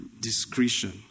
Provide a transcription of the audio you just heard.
discretion